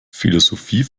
philosophie